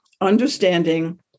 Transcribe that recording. understanding